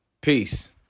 Peace